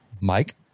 Mike